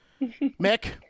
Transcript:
Mick